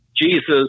Jesus